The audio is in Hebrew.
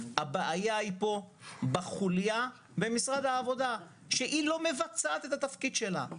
הבעיה היא פה בחוליה במשרד העבודה שלא מבצעת את התפקיד שלה.